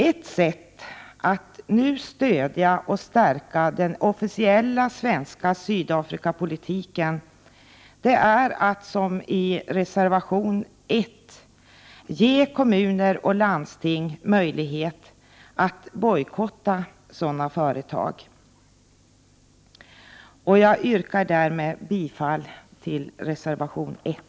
Ett sätt att nu stödja och stärka den officiella svenska Sydafrikapolitiken är att, som föreslås i reservation 1, ge kommuner och landsting möjlighet att bojkotta sådana företag. Jag yrkar bifall till reservation 1.